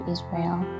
Israel